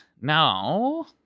Now